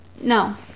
No